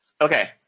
Okay